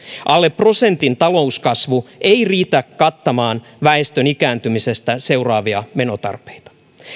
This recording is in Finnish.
alle prosentin talouskasvu ei riitä kattamaan väestön ikääntymisestä seuraavia menotarpeita